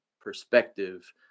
perspective